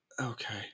Okay